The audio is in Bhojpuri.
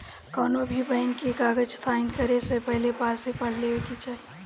कौनोभी बैंक के कागज़ साइन करे से पहले पॉलिसी पढ़ लेवे के चाही